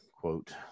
quote